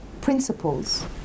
Principles